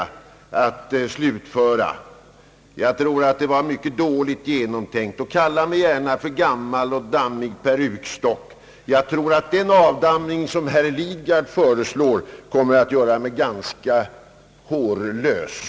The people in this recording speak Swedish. Jag tycker att reservanternas förslag är mycket dåligt genomtänkt. Kalla mig gärna för gammal och dammig perukstock! Jag tror att den avdamning som herr Lidgard föreslår kommer att göra mig ganska hårlös.